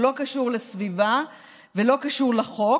שלא קשור לסביבה ולא קשור לחוק